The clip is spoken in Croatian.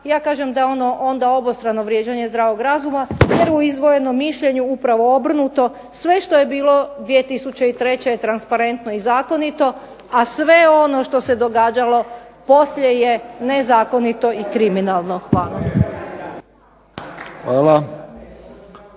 ja kažem da ovo obostrano vrijeđanje zdravog razuma je u izdvojenom mišljenju upravo obrnuto sve što je bilo 2003. je transparentno i zakonito a sve ono što se događalo poslije je nezakonito i kriminalno. Hvala